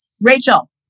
Rachel